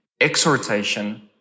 exhortation